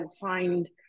find